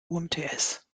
umts